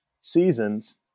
seasons